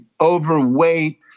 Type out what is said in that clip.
overweight